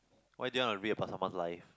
why do you want to read about someone's life